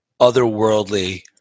otherworldly